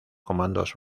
comandos